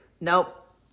Nope